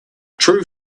true